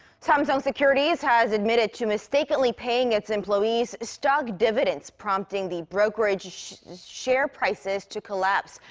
samsung securities has admitted to mistakenly paying its employees stock dividends, prompting the brokerage's share prices to collapse.